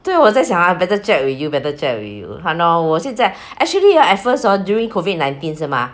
对我在想 ah better check with you better check with you !hannor! 我现在 actually ah at first hor during COVID nineteen 是 mah